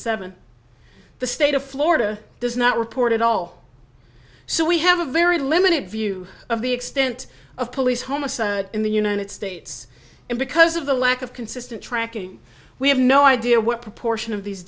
seven the state of florida does not report at all so we have a very limited view of the extent of police homicide in the united states and because of the lack of consistent tracking we have no idea what proportion of these